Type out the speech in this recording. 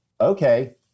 okay